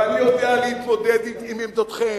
ואני יודע להתמודד עם עמדותיכם,